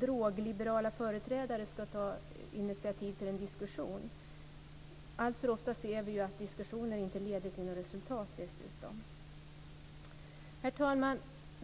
drogliberala företrädare ska ta initiativ till en diskussion? Alltför ofta ser vi dessutom att diskussioner inte leder till något resultat. Herr talman!